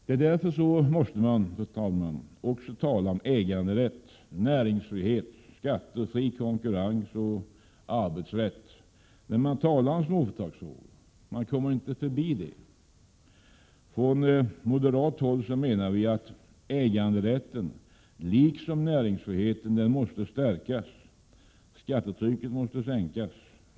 Därför måste man, fru talman, också tala om äganderätt, näringsfrihet, skatter, fri konkurrens och arbetsrätt när man talar om småföretagsfrågor — det kommer man inte förbi. Från moderat håll menar vi att äganderätten liksom näringsfriheten måste stärkas. Skattetrycket måste sänkas.